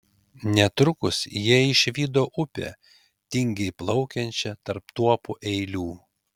netrukus jie išvydo upę tingiai plaukiančią tarp tuopų eilių